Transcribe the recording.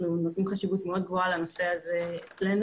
אנחנו נותנים חשיבות מאוד גבוהה לנושא הזה אצלנו.